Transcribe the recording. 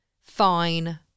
fine